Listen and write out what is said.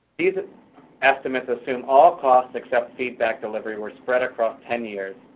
these estimates assume all costs, except feedback delivery, were spread across ten years,